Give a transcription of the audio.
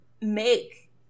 make